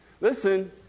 Listen